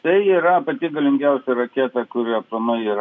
tai yra pati galingiausia raketa kuri aplamai yra